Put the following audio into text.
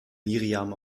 miriam